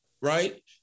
right